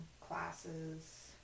classes